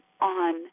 on